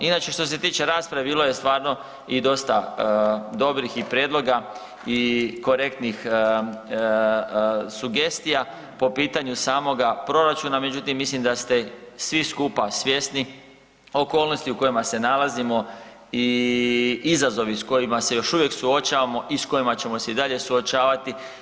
Inače što se tiče rasprave bilo je stvarno i dosta dobri i prijedloga i korektnih sugestija po pitanju samoga proračuna međutim mislim da ste svi skupa svjesni okolnosti u kojima se nalazimo i izazovi s kojima se još uvijek suočavamo i s kojima ćemo se i dalje suočavati.